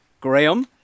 Graham